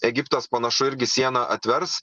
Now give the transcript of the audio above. egiptas panašu irgi sieną atvers